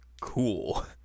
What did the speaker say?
cool